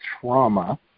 trauma